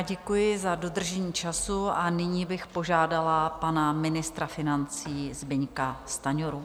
Děkuji za dodržení času a nyní bych požádala pana ministra financí Zbyňka Stanjuru.